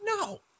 No